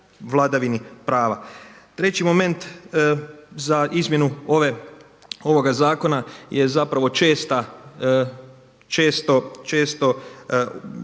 vladavini prava. Treći moment za izmjenu ovoga zakona je zapravo često,